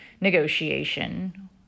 negotiation